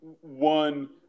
one